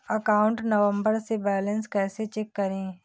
Account number से balance कैसे check करें?